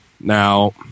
Now